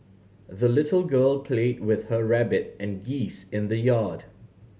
the little girl played with her rabbit and geese in the yard